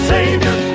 Savior